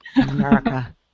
America